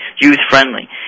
youth-friendly